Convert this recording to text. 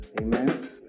amen